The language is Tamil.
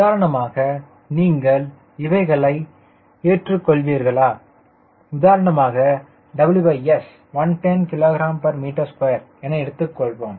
உதாரணமாக நீங்கள் இவைகள் அனைத்தையும் ஏற்றுக்கொள்வீர்களா உதாரணமாக WS 110 kgm2 என எடுத்துக்கொள்வோம்